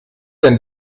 denn